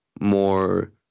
more